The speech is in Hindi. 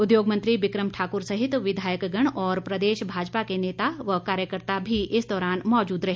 उद्योग मंत्री बिक्रम ठाकुर सहित विधायकगण और प्रदेश भाजपा के नेता व कार्यकर्ता भी इस दौरान मौजूद रहे